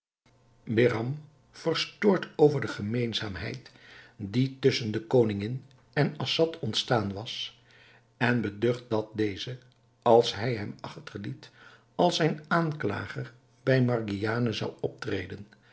behram verstoord over de gemeenzaamheid die tusschen de koningin en assad ontstaan was en beducht dat deze als hij hem achterliet als zijn aanklager bij margiane zou optreden